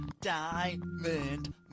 Diamond